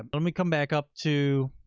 but let me come back up to